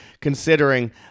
considering